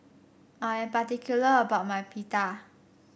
I am particular about my Pita